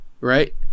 right